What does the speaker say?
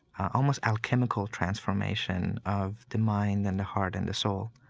almost alchemical transformation of the mind and the heart and the soul.